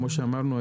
כמו שאמרנו,